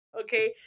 okay